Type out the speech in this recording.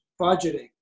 budgeting